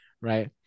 right